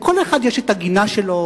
לכל אחד יש את הגינה שלו